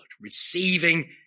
receiving